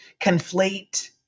conflate